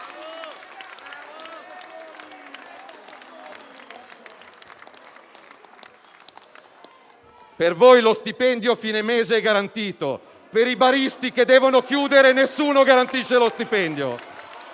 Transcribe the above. Per voi lo stipendio a fine mese è garantito, per i baristi che devono chiudere nessuno garantisce lo stipendio.